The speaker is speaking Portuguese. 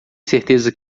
certeza